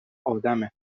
آدمه